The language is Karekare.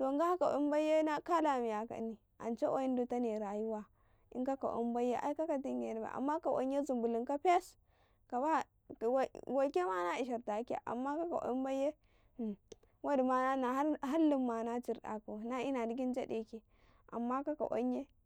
to nga ka ka kwayim bai ye na kala iya ka ini ance kwayim dita ne rayuwa wa inka ko kwayim baiye kako tingino bai amma kako kwayim ye zumbulum ka fess, waike ma na isharta ke amma kako kwayim baiye har lim ma na cirda ko na ina digi njadde ke amma kako kwayim ye.